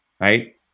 right